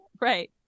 right